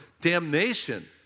damnation